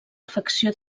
afecció